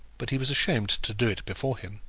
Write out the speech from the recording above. but he was ashamed to do it before him.